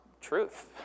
truth